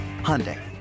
Hyundai